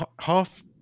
Half